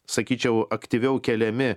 sakyčiau aktyviau keliami